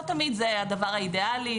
לא תמיד זה הדבר האידיאלי,